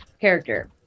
character